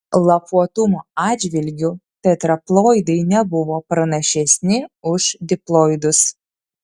lapuotumo atžvilgiu tetraploidai nebuvo pranašesni už diploidus